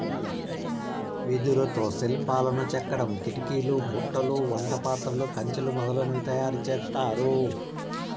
వెదురుతో శిల్పాలను చెక్కడం, కిటికీలు, బుట్టలు, వంట పాత్రలు, కంచెలు మొదలనవి తయారు చేత్తారు